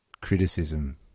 criticism